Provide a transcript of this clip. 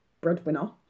breadwinner